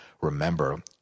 remember